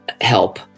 help